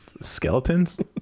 skeletons